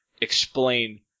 explain